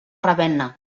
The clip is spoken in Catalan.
ravenna